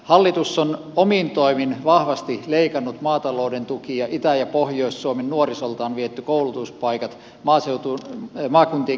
hallitus on omin toimin vahvasti leikannut maatalouden tukia itä ja pohjois suomen nuorisolta on viety koulutuspaikat maakuntien kehittämisrahaa on leikattu